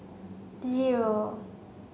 zero